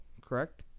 Correct